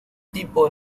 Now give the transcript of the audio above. tipo